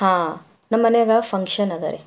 ಹಾಂ ನಮ್ಮ ಮನೆಯಾಗ ಫಂಕ್ಷನ್ ಅದ ರಿ